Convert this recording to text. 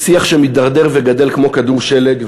שיח שמידרדר וגדל כמו כדור שלג,